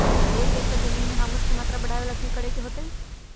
एक एकड़ जमीन में ह्यूमस के मात्रा बढ़ावे ला की करे के होतई?